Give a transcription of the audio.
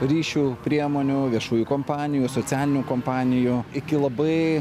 ryšių priemonių viešųjų kompanijų ir socialinių kompanijų iki labai